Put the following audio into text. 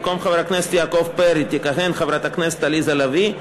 במקום חבר הכנסת יעקב פרי תכהן חברת הכנסת עליזה לביא,